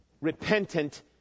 repentant